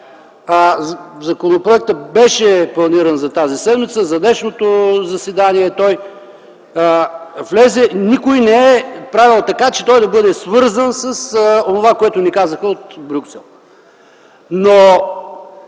Законопроектът беше планиран за тази седмица и влезе за днешното заседание. Никой не е правил така, че той да бъде свързан с онова, което ни казаха от Брюксел. Но